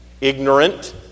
ignorant